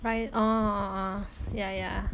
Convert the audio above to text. ri~ orh orh orh ya ya